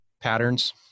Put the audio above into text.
patterns